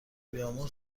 بیامرز